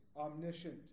omniscient